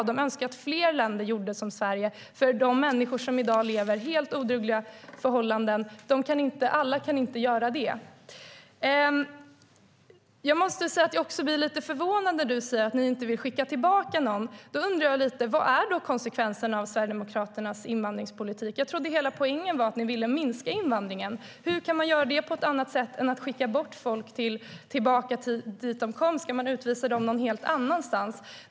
De skulle önska att fler länder gjorde som Sverige för att hjälpa alla människor som i dag lever under helt odugliga förhållanden, men alla kan inte göra det. Jag måste säga att jag blir lite förvånad när du säger att ni inte vill skicka tillbaka någon. Då undrar jag: Vad är då konsekvenserna av Sverigedemokraternas invandringspolitik? Jag trodde att hela poängen var att ni ville minska invandringen? Hur kan man göra det på ett annat sätt än att skicka tillbaka folk dit de kommer ifrån? Ska man utvisa dem till någon helt annan plats?